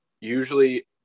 usually